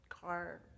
car